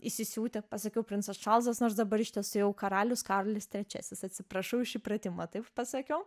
įsisiūti pasakiau princas čarlzas nors dabar iš tiesų jau karalius karolis trečiasis atsiprašau iš įpratimo taip pasakiau